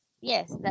Yes